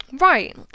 Right